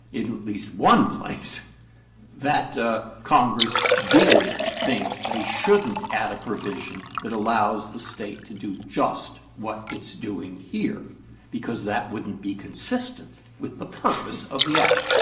in least one place that congress did think they shouldn't add a provision that allows the state to do just what it's doing here because that wouldn't be consistent with the purpose of the act.